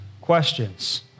questions